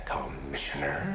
Commissioner